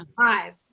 five